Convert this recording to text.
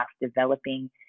developing